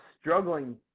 struggling